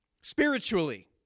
spiritually